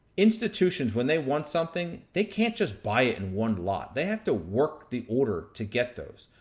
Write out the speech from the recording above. institutions, when they want something, they can't just buy it in one lot, they have to work the order, to get those.